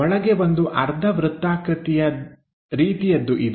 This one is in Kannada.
ಒಳಗೆ ಒಂದು ಅರ್ಧ ವೃತ್ತಾಕೃತಿಯ ರೀತಿಯದ್ದು ಇದೆ